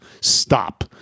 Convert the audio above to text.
Stop